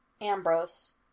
Ambrose